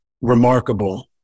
remarkable